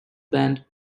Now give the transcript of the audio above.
band